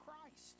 Christ